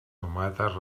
tomates